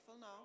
now